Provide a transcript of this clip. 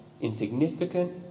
insignificant